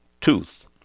tooth